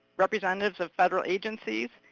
representatives of federal agencies,